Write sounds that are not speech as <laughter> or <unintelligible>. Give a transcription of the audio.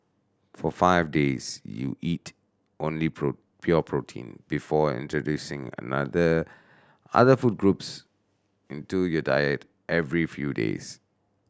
for five days you eat only <unintelligible> pure protein before introducing another other food groups into your diet every few days